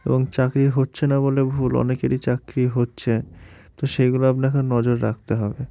এবং চাকরি হচ্ছে না বললে ভুল অনেকেরই চাকরি হচ্ছে তো সেইগুলো আপনাকে নজর রাখতে হবে